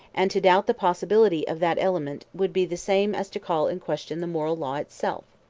and to doubt the possibility of that element would be the same as to call in question the moral law itself.